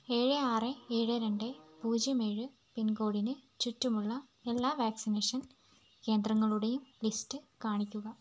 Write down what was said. ഏഴ് ആറ് ഏഴ് രണ്ട് പൂജ്യം ഏഴ് പിൻകോഡിന് ചുറ്റുമുള്ള എല്ലാ വാക്സിനേഷൻ കേന്ദ്രങ്ങളുടെയും ലിസ്റ്റ് കാണിക്കുക